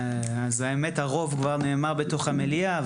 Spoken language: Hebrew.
האמת היא שהרוב כבר נאמר בתוך המליאה,